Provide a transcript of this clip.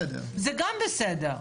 זה גם בסדר.